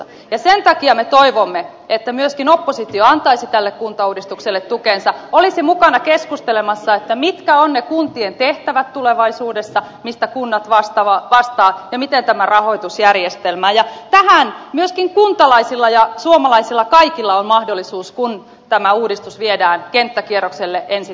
ja sen takia me toivomme että myöskin oppositio antaisi tälle kuntauudistukselle tukensa olisi mukana keskustelemassa siitä mitkä ovat ne kuntien tehtävät tulevaisuudessa mistä kunnat vastaavat ja miten on tämä rahoitusjärjestelmä ja tähän myöskin kuntalaisilla ja kaikilla suomalaisilla on mahdollisuus kun tämä uudistus viedään kenttäkierrokselle ensi talvena